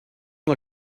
not